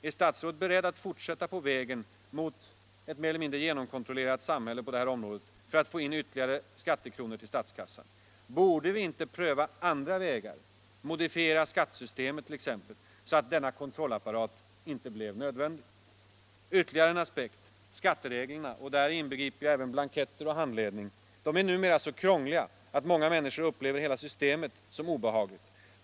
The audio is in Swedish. Är statsrådet beredd att fortsätta på vägen mot det genomkontrollerade samhället på detta område för att få in ytterligare några skattekronor till statskassan? Borde vi inte pröva andra vägar, t.ex. modifiera skattesystemet så att denna kontrollapparat blev onödig? Ytterligare en aspekt. Skattereglerna —- och däri inbegriper jag även blanketter och handledning — är numera så krångliga, att många människor upplever hela systemet som otäckt.